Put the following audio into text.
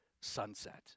sunset